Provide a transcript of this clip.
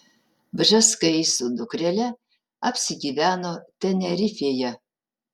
bžeskai su dukrele apsigyveno tenerifėje